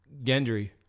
Gendry